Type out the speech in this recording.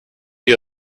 you